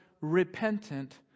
repentant